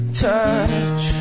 touch